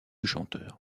chanteur